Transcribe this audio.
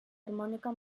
harmònica